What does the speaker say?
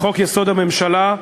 לחוק-יסוד: הממשלה,